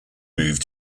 moved